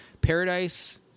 Paradise